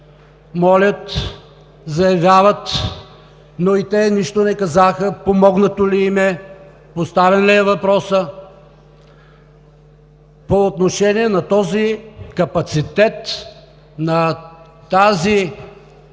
молят, заявяват, но и те нищо не казаха – помогнато ли им е, поставен ли е въпросът по отношение на този капацитет, на тази